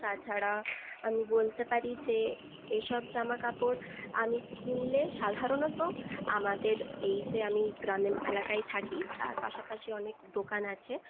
তাছাড়া আমি বলতে পারি যে এসব জামাকাপড় আমি কিনলে সাধারণত আমাদের এই যে আমি গ্রামীণ এলাকায় থাকি তার পাশাপাশি অনেক দোকান আছে